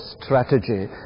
strategy